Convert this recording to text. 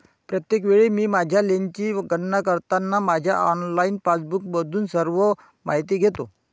प्रत्येक वेळी मी माझ्या लेनची गणना करताना माझ्या ऑनलाइन पासबुकमधून सर्व माहिती घेतो